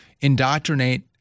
indoctrinate